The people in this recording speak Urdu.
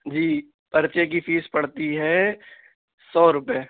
جی پرچے کی فیس پڑتی ہے سو روپے